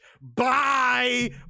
Bye